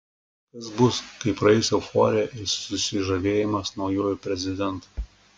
kas bus kai praeis euforija ir susižavėjimas naujuoju prezidentu